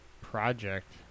project